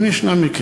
אם יש מקרים,